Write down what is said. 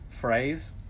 phrase